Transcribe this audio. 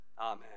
Amen